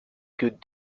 could